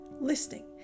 listening